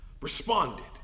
responded